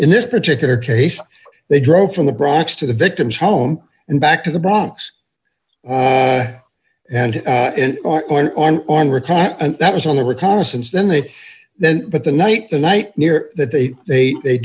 in this particular case they drove from the bronx to the victim's home and back to the bronx and and on on on recap and that was on the reconnaissance then they then but the night the night near that they they they